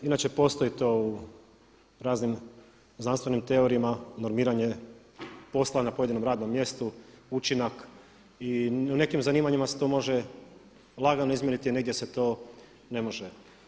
Inače postoji to u raznim znanstvenim teorijama normiranje posla na pojedinom radnom mjestu, učinak i u nekim zanimanjima se to može lagano izmjeriti, negdje se to ne može.